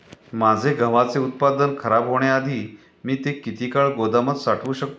माझे गव्हाचे उत्पादन खराब होण्याआधी मी ते किती काळ गोदामात साठवू शकतो?